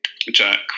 Jack